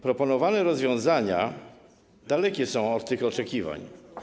Proponowane rozwiązania dalekie są od tych oczekiwań.